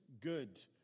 good